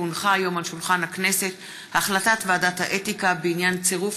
כי הונחה היום על שולחן הכנסת החלטת ועדת האתיקה בעניין צירוף